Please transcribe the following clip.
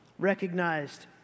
recognized